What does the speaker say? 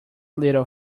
little